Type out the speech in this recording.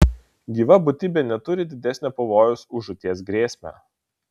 gyva būtybė neturi didesnio pavojaus už žūties grėsmę